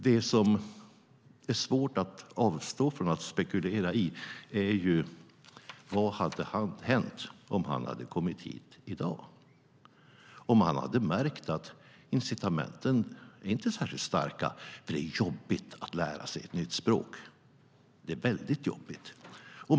Det som är svårt att avstå från att spekulera i är vad som hade hänt om han hade kommit hit i dag och han hade märkt att incitamenten inte är särskilt starka. Det är jobbigt att lära sig ett nytt språk.